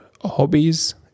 hobbies